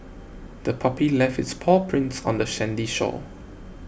the puppy left its paw prints on the sandy shore